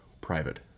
private